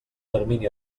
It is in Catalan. termini